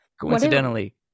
coincidentally